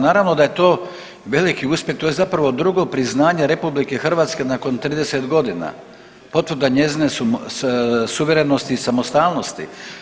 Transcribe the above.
Naravno da je to veliki uspjeh, to je zapravo drugo priznanje RH nakon 30.g., potvrda njezine suverenosti i samostalnosti.